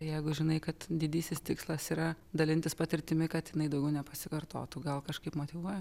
jeigu žinai kad didysis tikslas yra dalintis patirtimi kad jinai daugiau nepasikartotų gal kažkaip motyvuoja